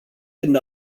când